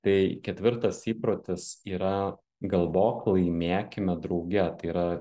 tai ketvirtas įprotis yra galvok laimėkime drauge tai yra